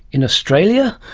in australia?